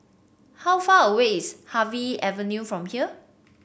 how far away is Harvey Avenue from here